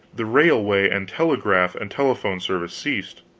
the railway and telegraph and telephone service ceased,